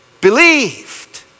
believed